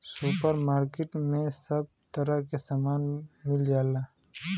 super market में सब तरह के सामान मिल जाला